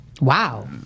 Wow